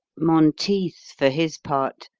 monteith, for his part,